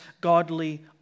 godly